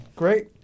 Great